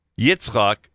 Yitzchak